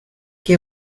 que